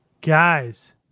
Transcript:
guys